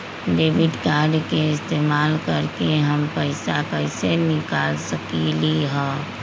Debit card के इस्तेमाल करके हम पैईसा कईसे निकाल सकलि ह?